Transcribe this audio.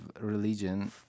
religion